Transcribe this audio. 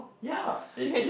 ya it it